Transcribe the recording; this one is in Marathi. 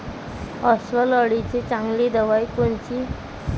अस्वल अळीले चांगली दवाई कोनची?